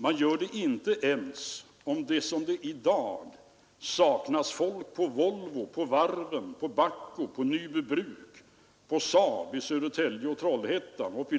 En annan anledning var det höga sparandet, som för alla var en överraskning. Vi betraktade det som naturligt 1971, men vi trodde